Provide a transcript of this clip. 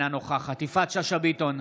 אינה נוכחת יפעת שאשא ביטון,